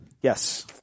Yes